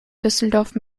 düsseldorf